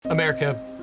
America